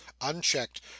unchecked